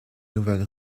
nouvelle